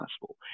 possible